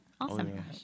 Awesome